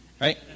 Right